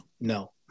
no